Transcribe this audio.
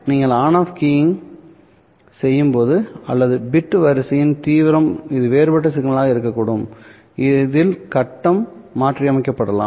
நீங்கள் on off keying செய்யும்போது அல்லது பிட் வரிசையின் தீவிரம் இது வேறுபட்ட சிக்னலாக இருக்கக்கூடும் இதில் கட்டம் மாற்றியமைக்கப்படலாம்